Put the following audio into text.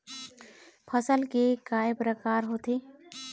फसल के कय प्रकार होथे?